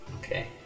Okay